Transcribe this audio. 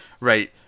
right